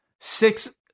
six